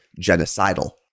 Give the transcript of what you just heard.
genocidal